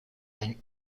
and